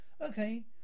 Okay